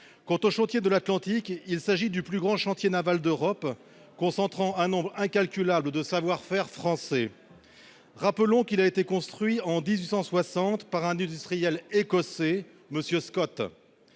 Quant aux Chantiers de l'Atlantique, il s'agit du plus grand chantier naval d'Europe, concentrant un nombre incalculable de savoir-faire français. Rappelons qu'il a été construit, en 1860, par un industriel écossais, M. Scott.